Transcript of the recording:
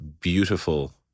beautiful